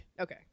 Okay